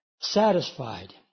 satisfied